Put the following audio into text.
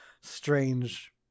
strange